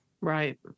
Right